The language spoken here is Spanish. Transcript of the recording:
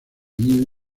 new